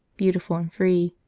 beautiful and free,